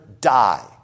die